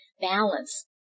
balance